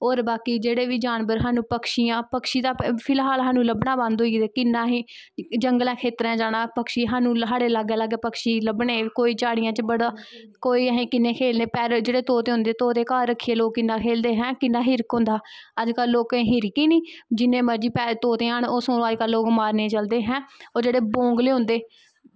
होर जेह्ड़े बी जानवर स्हानू पक्षी जां पक्षी तां फिलहाल स्हानू लब्भनां बंद होई दे किन्ना जंगलैं खेत्तरैं जाना स्हानू साढ़ै लाग्गै लाग्गै पक्षी लब्भने कोई झाड़ियें च बड़े दा कोई किन्नें असैं खेलनें तोते असैं घर रक्खे दे किन्नें खेलदे हे किन्नां हिरख होंदा हा अज्ज कल लोकें हिरख गै नी जिन्नी मर्जी तोते आन लोग सगों मारनें गी चलदे हैं और जेह्ड़े बगले होंदे